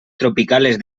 tropicales